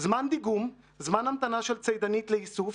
זמן דיגום, זמן המתנה של צידנית לאיסוף,